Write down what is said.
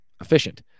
efficient